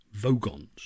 Vogons